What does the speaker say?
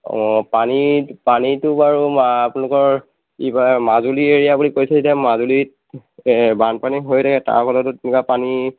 অঁ পানী পানীটো বাৰু আপোনলোকৰ কি কয় মাজুলী এৰিয়া বুলি কৈছে যেতিয়া মাজুলী বানপানী হৈয়ে থাকে তাৰ ফলতো তেনেকুৱা পানী